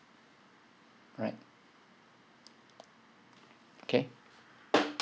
right okay